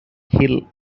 hill